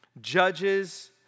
judges